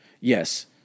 Yes